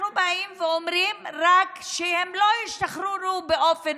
אנחנו רק באים ואומרים שהם לא ישתחררו באופן